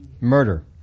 murder